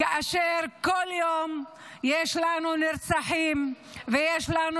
כאשר בכל יום יש לנו נרצחים ויש לנו